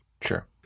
Sure